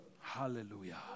Hallelujah